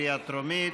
בקריאה טרומית.